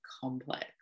complex